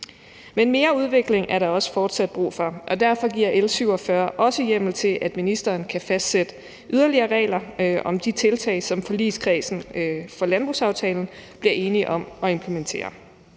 Men der er også fortsat brug for mere udvikling, og derfor giver L 47 også hjemmel til, at ministeren kan fastsætte yderligere regler om de tiltag, som forligskredsen bag landsbrugsaftalen bliver enige om at implementere.